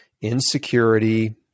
insecurity